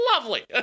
lovely